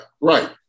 Right